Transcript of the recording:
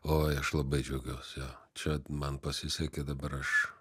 oi aš labai džiaugiuos jo čia man pasisekė dabar aš